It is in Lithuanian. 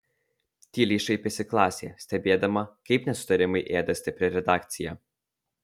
tyliai šaipėsi klasė stebėdama kaip nesutarimai ėda stiprią redakciją